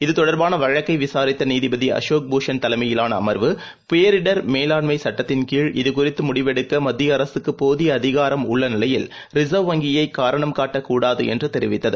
இதுதொடர்பானவழக்கைவிசாரித்தநீதிபதிஅசோக் பூஷன் தலைமையிலானஅமர்வு பேரிடர் மேலாண்மைசட்டத்தின்கீழ் இதுகுறித்துமுடிவெடுக்கமத்தியஅரசுக்குபோதியஅதிகாரம் உள்ளநிலையில் ரிசர்வ் வங்கியைகாரணம் காட்டக்கூடாதுஎன்றுதெரிவித்தது